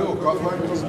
בדיוק, תן לו את הזמן.